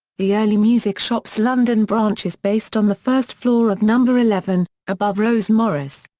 the early music shop's london branch is based on the first floor of number eleven, above rose morris.